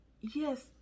yes